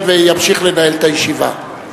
וימשיך לנהל את הישיבה.